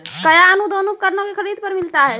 कया अनुदान उपकरणों के खरीद पर मिलता है?